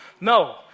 No